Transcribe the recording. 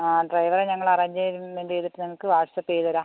ആ ഡ്രൈവറെ ഞങ്ങൾ അറേഞ്ച്മെന്റ് ചെയ്തിട്ട് നിങ്ങൾക്ക് വാട്സപ്പ് ചെയ്തു തരാം